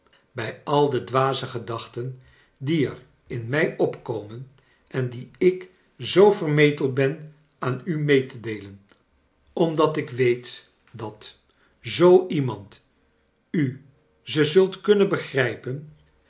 bij al de dwaze gedachten die er in mij opkomen en die ik zoo vermetel ben aan u mee te deelen omdat ik weet dat zoo iemand u ze zult kunnen begrijpen